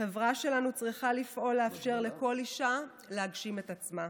החברה שלנו צריכה לפעול לאפשר לכל אישה להגשים את עצמה.